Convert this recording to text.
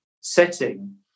setting